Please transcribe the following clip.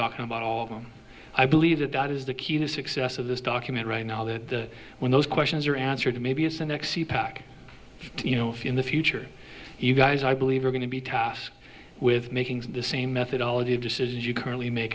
talking about all of them i believe that dot is the key to success of this document right now that when those questions are answered maybe you know in the future you guys i believe are going to be tasked with making the same methodology of decisions you currently ma